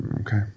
okay